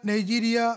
Nigeria